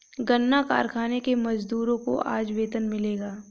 गन्ना कारखाने के मजदूरों को आज वेतन मिलेगा